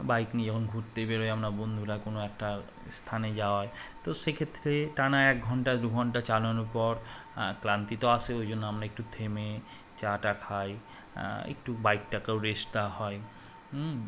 bike নিয়ে যখন ঘুরতে বেরোয় আমার বন্ধুরা কোনো একটা স্থানে যাওয়ায় তো সেক্ষেত্রে টানা এক ঘণ্টা দু ঘণ্টা চালানোর পর ক্লান্তি তো আসে ওই জন্য আমরা একটু থেমে চা টা খাই একটু বাইকটাকেও রেস্ট দেওয়া হয়